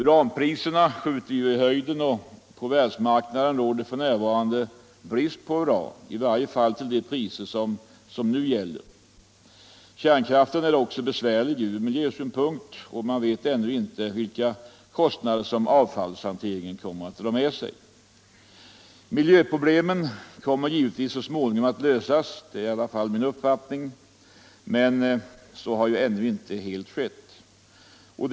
Uranpriserna skjuter ju i höjden, och på världsmarknaden råder f.n. brist på uran, i varje fall till de priser som nu gäller. Kärnkraften är också besvärlig ur miljösynpunkt, och vi vet ännu inte vilka kostnader avfallshanteringen kommer att föra med sig. Miljöproblemen kommer så småningom att lösas — det är i varje fall min uppfattning — men så har ännu inte skett helt.